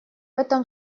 этом